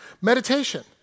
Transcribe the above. Meditation